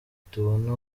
tubona